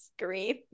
scream